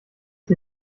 sie